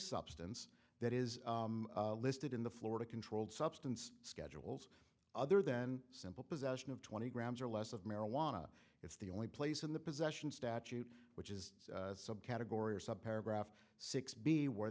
substance that is listed in the florida controlled substance schedule's other than simple possession of twenty grams or less of marijuana it's the only place in the possession statute which is a subcategory or some paragraph six b where